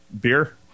beer